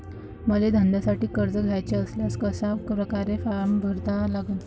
मले धंद्यासाठी कर्ज घ्याचे असल्यास कशा परकारे फारम भरा लागन?